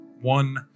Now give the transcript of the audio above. One